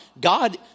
God